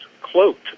cloaked